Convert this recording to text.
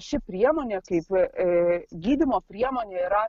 ši priemonė kaip ir gydymo priemonė yra